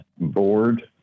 board